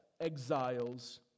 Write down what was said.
exiles